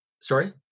sorry